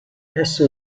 esso